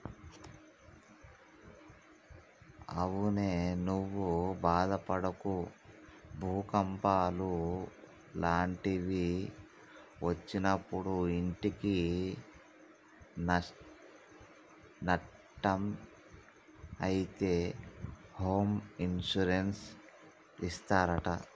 అవునే నువ్వు బాదపడకు భూకంపాలు లాంటివి ఒచ్చినప్పుడు ఇంటికి నట్టం అయితే హోమ్ ఇన్సూరెన్స్ ఇస్తారట